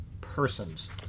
persons